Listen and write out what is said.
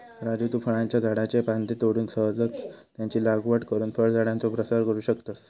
राजू तु फळांच्या झाडाच्ये फांद्ये तोडून सहजच त्यांची लागवड करुन फळझाडांचो प्रसार करू शकतस